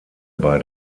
bei